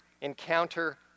encounter